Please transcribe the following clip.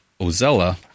Ozella